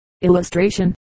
illustration